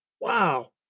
wow